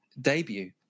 debut